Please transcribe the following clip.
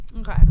okay